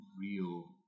real